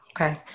Okay